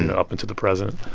and up into the present